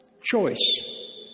choice